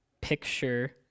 picture